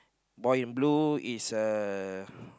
boy in blue is uh